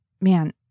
man